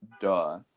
duh